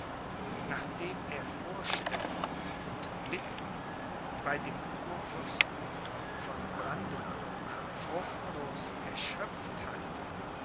nachdem er vorstellungen und bitten bei dem kurfürsten von brandenburg fruchtlos erschöpft hatte